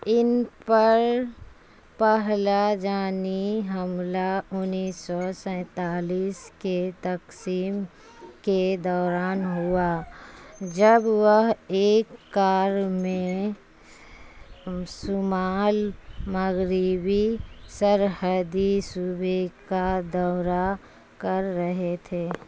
ان پر پہلا جانی حملہ انیس سو سینتالیس کے تقسیم کے دوران ہوا جب وہ ایک کار میں شمال مغربی سرحدی صوبے کا دورہ کر رہے تھے